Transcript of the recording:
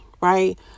right